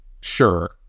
sure